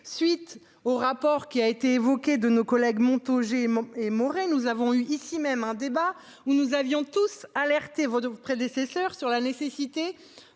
Suite au rapport qui a été évoquée de nos collègues Montaugé. Est mort et nous avons eu ici même un débat où nous avions tous alerter vos de vos prédécesseurs sur la nécessité